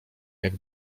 jak